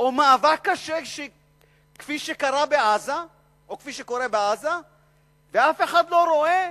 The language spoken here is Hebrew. או מאבק קשה כפי שקרה בעזה או כפי שקורה בעזה ואף אחד לא רואה?